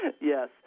Yes